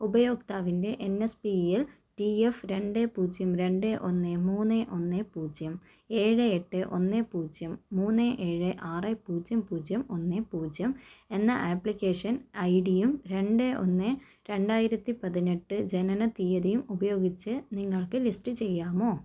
ഉപയോക്താവിന്റെ N S P E യിൽ T F രണ്ട് പൂജ്യം രണ്ട് ഒന്ന് മൂന്ന് ഒന്ന് പൂജ്യം ഏഴ് എട്ട് ഒന്ന് പൂജ്യം മൂന്ന് ഏഴ് ആറ് പൂജ്യം പൂജ്യം ഒന്ന് പൂജ്യം എന്ന ആപ്ലിക്കേഷൻ ഐഡിയും രണ്ട് ഒന്ന് രണ്ടായിരത്തിപതിനെട്ട് ജനന തീയ്യതിയും ഉപയോഗിച്ച് നിങ്ങൾക്ക് ലിസ്റ്റ് ചെയ്യാമോ